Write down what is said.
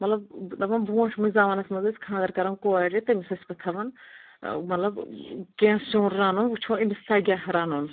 مطلب دپان برٛوٗنٛٹھمس زمانس منٛز ٲسۍ خانٛدر کَران کورِ تٔمِس ٲس پَتہٕ تھاوان مطلب کیٚنٛہہ سُِین رنُن وُچھو أمِس تگیٛاہ رنُن